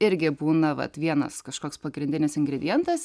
irgi būna vat vienas kažkoks pagrindinis ingredientas